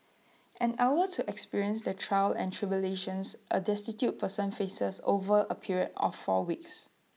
an hour to experience the trials and tribulations A destitute person faces over A period of four weeks